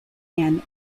and